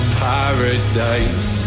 paradise